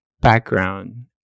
background